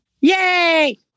Yay